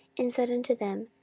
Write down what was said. and said unto them,